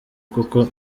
kuko